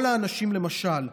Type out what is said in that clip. למשל,